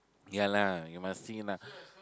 yeah lah you must see lah